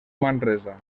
manresa